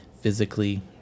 physically